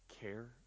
care